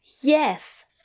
Yes